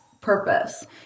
purpose